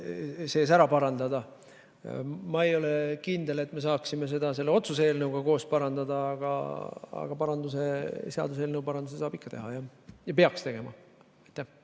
seaduses ära parandada. Ma ei ole kindel, et me saaksime seda selle otsuse eelnõuga koos parandada, aga seaduseelnõu paranduse saab ikka teha ja peaks tegema.